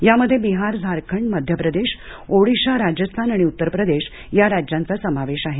यामध्ये बिहार झारखंड मध्य प्रदेश ओडिशा राजस्थान आणि उत्तर प्रदेश या राज्यांचा समावेश आहे